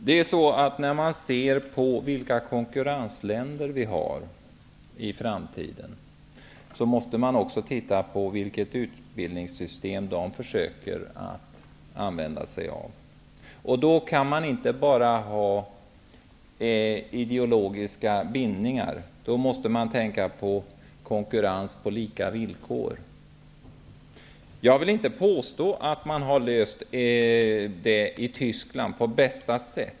Herr talman! När man beaktar vilka konkurrensländer som vi i framtiden kommer att ha, måste man också se till vilka utbildningssystem som man i dessa länder försöker använda sig av. Man kan då inte bara beakta ideologiska bindningar utan måste även tänka på konkurrens på lika villkor. Jag vill inte påstå att Tysklands lösning är den bästa.